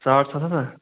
ساڑ ستھ ہتھ ہہ